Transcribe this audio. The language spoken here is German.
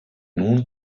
nun